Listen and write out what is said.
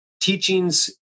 teachings